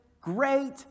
great